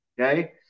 Okay